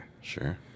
Sure